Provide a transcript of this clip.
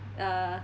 uh